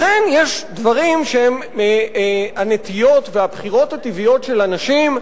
לכן יש דברים שהם הנטיות והבחירות הטבעיות של אנשים,